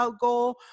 goal